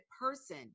person